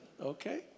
Okay